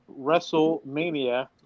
WrestleMania